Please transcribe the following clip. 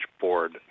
Board